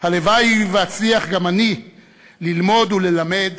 הלוואי שאצליח גם אני ללמוד וללמד